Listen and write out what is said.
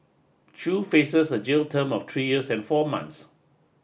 Chew faces a jail term of three years and four months